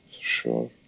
sure